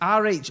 RH